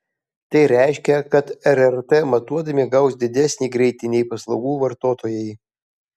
tai reiškia kad rrt matuodami gaus didesnį greitį nei paslaugų vartotojai